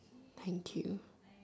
thank you